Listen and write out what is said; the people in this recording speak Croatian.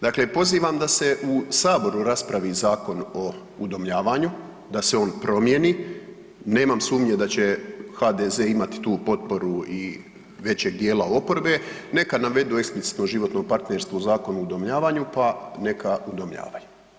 Dakle, pozivam da se u Saboru raspravi Zakon o udomljavanju, da se on promjeni, nemam sumnje da će tu HDZ imati tu potporu i većeg dijela oporbe, neka navedu eksplicitno životno partnerstvo u Zakonu u udomljavanju pa neka udomljavaju.